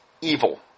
evil